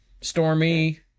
stormy